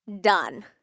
Done